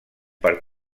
per